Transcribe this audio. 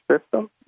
system